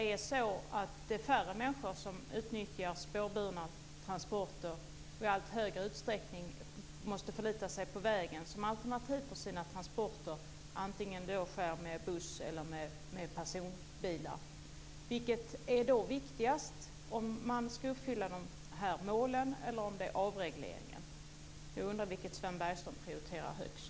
Är det inte färre människor som utnyttjar spårbundna transporter och i allt större utsträckning måste förlita sig på vägen som alternativ för sina transporter, antingen det sker med buss eller med personbil? Vilket är då viktigast, uppfyllandet av dessa mål eller avregleringen? Jag undrar vilket Sven Bergström prioriterar högst.